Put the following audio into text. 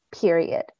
period